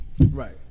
Right